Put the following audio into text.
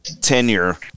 tenure